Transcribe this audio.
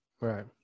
right